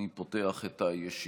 אני פותח את הישיבה.